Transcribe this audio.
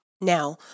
Now